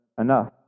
enough